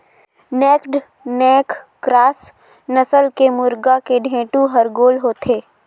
naked neck cross नसल के मुरगा के ढेंटू हर गोल होथे